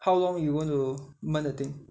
how long you want to 焖 the thing